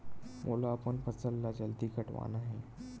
मोला अपन फसल ला जल्दी कटवाना हे?